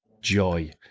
joy